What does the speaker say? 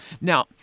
Now